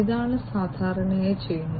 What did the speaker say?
ഇതാണ് സാധാരണയായി ചെയ്യുന്നത്